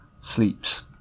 sleeps